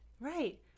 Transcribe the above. right